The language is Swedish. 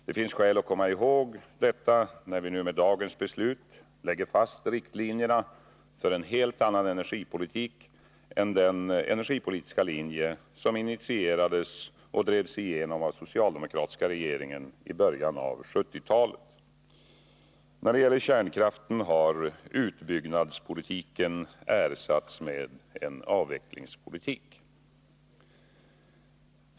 Det finns skäl att komma ihåg detta, när vi nu med dagens beslut lägger fast riktlinjerna för en helt annan energipolitik än den energipolitiska linje som initierades och drevs igenom av den socialdemokratiska regeringen i början av 1970-talet. När det gäller kärnkraften har utbyggnadspolitiken ersatts med en avvecklingspolitik.